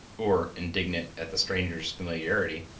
or indignant at the stranger's familiarity,